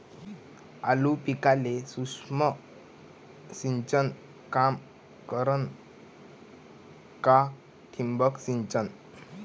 आलू पिकाले सूक्ष्म सिंचन काम करन का ठिबक सिंचन?